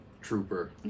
Trooper